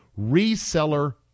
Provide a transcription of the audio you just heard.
reseller